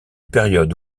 période